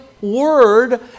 word